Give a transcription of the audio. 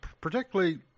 particularly